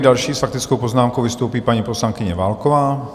Další s faktickou poznámkou vystoupí paní poslankyně Válková.